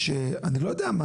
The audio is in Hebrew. אני לא יודע מה,